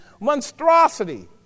monstrosity